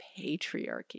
patriarchy